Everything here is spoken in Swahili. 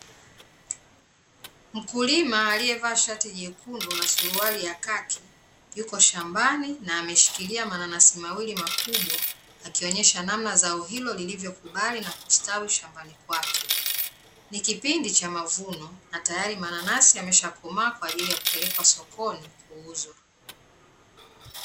Mkulima aliyevaa shati jekundu na suruali ya khaki, yuko shambani na ameshikilia mananasi mawili makubwa akionyesha namna zao hilo lilivyokubali na kustawi shambani kwake. Ni kipindi cha mavuno na tayari mananasi yameshakomaa kwa ajili ya kupelekwa sokoni kuuzwa.